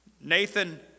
Nathan